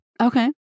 Okay